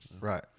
Right